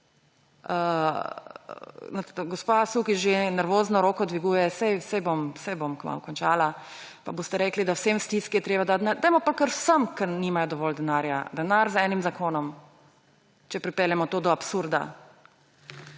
Gospa Sukič že nervozno roko dviguje, saj bom kmalu končala, pa boste rekli, da vsem v stiski je treba dati denar, dajmo pa kar vsem, ki nimajo dovolj denarja, denar z enim zakonom – če pripeljemo to do absurda.